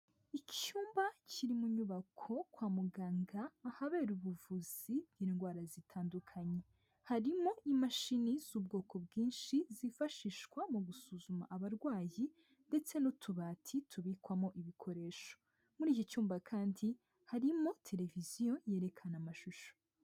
Icyumba kiri mu nyubako kwa muganga ahabera ubuvuzi bw'indwara zitandukanye. Harimo imashini z'ubwoko bwinshi zifashishwa mu gusuzuma abarwayi ndetse n'utubati tubikwamo ibikoresho. Muri iki cyumba kandi harimo televiziyo yerekana amashusho.